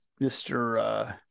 Mr